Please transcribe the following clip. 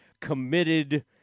Committed